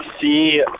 see